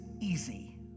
easy